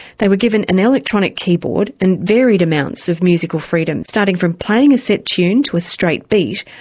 they were given an electronic keyboard and varied amounts of musical freedom starting from playing a set tune to a straight beat,